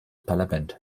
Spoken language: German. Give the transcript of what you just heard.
parlament